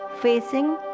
facing